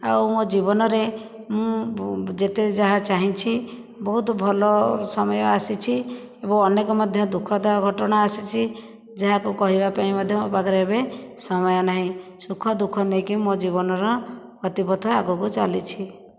ଆଉ ମୋ ଜୀବନରେ ମୁଁଯେତେ ଯାହା ଚାହିଁଛି ବହୁତ ଭଲ ସମୟ ଆସିଛି ଏବଂ ଅନେକ ମଧ୍ୟ ଦୁଃଖଦ ଘଟଣା ଆସିଛି ଯାହାକୁ କହିବା ପାଇଁ ମଧ୍ୟ ମୋ ପାଖରେ ଏବେ ସମୟ ନାହିଁ ସୁଖ ଦୁଃଖ ନେଇକି ମୋ ଜୀବନର ଗତିପଥ ଆଗକୁ ଚାଲିଛି